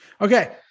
Okay